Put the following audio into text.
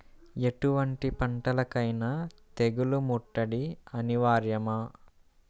ఎటువంటి పంటలకైన తెగులు ముట్టడి అనివార్యమా?